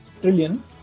trillion